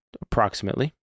approximately